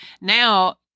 now